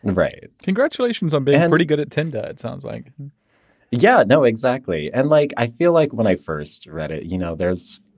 and right. congratulations on being pretty good at tendo. it sounds like yeah. no, exactly. and like i feel like when i first read it, you know, there's.